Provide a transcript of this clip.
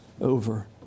over